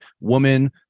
woman